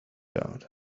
out